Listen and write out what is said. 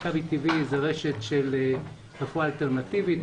מכבי טבעי היא רשת של רפואה אלטרנטיבית.